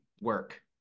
work